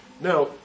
Now